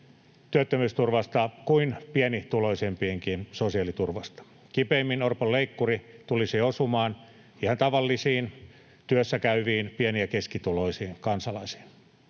työttömyysturvasta kuin pienituloisempienkin sosiaaliturvasta. Kipeimmin Orpon leikkuri tulisi osumaan ihan tavallisiin työssäkäyviin, pieni- ja keskituloisiin kansalaisiin.